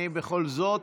אני בכל זאת